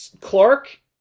Clark